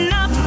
up